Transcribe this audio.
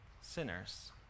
sinners